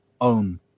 own